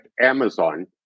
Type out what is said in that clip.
Amazon